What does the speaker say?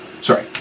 Sorry